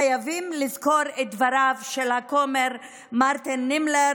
חייבים לזכור את דבריו של הכומר מרטין נימלר,